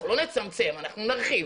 לא נצמצם אלא נרחיב".